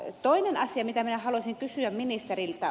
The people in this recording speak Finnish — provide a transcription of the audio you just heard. toinen asia mitä minä haluaisin kysyä ministeriltä